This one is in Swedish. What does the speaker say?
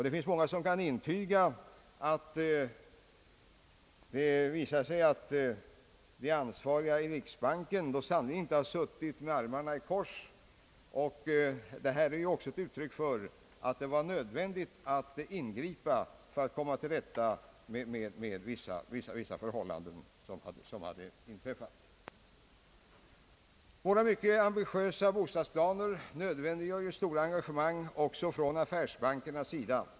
Det finns många som kan intyga att de ansvariga i riksbanken sannerligen inte har suttit med armarna i kors, och dessa överläggningar är också ett uttryck för hur nödvändigt det var att ingripa för att komma till rätta med vissa missförhållanden. Våra mycket ambitiösa bostadsplaner nödvändiggör ju stora engagemang även från affärsbankerna.